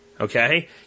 Okay